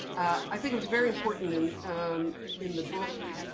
i think it was very important in um in the book